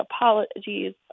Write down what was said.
apologies